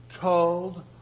told